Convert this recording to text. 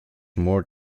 more